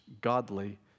godly